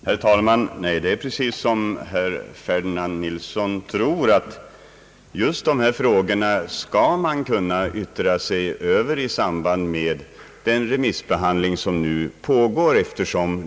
Herr talman! Det förhåller sig precis som herr Ferdinand Nilsson tror, nämligen att man skall kunna yttra sig över just dessa frågor i samband med den remissbehandling som nu pågår.